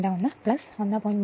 521 1